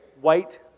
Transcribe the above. white